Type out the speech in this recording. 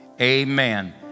Amen